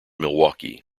milwaukee